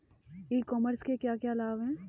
ई commerce के क्या क्या लाभ हैं?